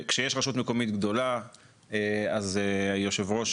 אבל כשיש רשות מקומית גדולה אז יושב ראש